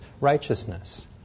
righteousness